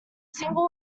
single